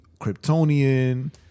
Kryptonian